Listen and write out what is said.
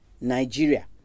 Nigeria